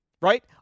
right